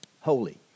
holy